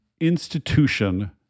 institution